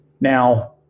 Now